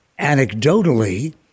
anecdotally